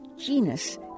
genus